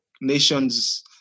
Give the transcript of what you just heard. nations